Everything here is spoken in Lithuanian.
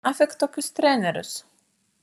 nafik tokius trenerius